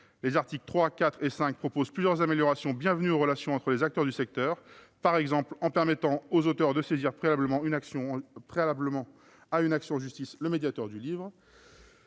Les articles 3, 4 et 5 visent à introduire plusieurs améliorations bienvenues aux relations entre les acteurs du secteur, par exemple en permettant aux auteurs de saisir, préalablement à une action en justice, le médiateur du livre.